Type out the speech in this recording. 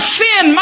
sin